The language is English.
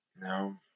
no